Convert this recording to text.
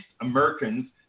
Americans